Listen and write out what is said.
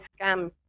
scam